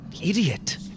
Idiot